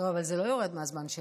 טוב, אבל זה לא יורד מהזמן שלי.